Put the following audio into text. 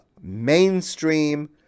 mainstream